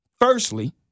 Firstly